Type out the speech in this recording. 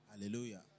Hallelujah